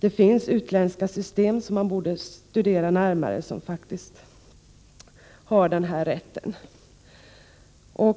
Det finns utländska system som faktiskt har den här rätten, och dem borde man studera närmare.